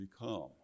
become